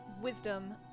wisdom